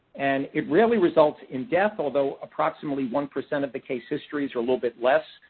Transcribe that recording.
and it really results in death, although approximately one percent of the case histories were a little bit less.